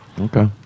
Okay